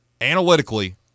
analytically